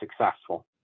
successful